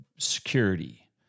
security